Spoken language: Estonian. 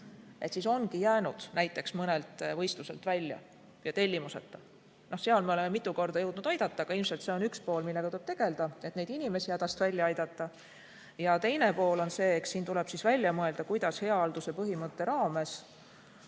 põhjus, ongi jäänud näiteks mõnelt võistluselt välja ja tellimuseta. Seal me oleme mitu korda jõudnud aidata, aga ilmselt see on üks pool, millega tuleb tegelda, et neid inimesi hädast välja aidata. Teine pool on see, et siin tuleb välja mõelda, kuidas hea halduse põhimõtte raames